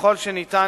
ככל שניתן,